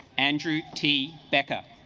andrew t becca